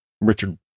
Richard